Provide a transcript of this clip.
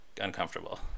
uncomfortable